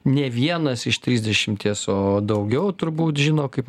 ne vienas iš trisdešimties o daugiau turbūt žino kaip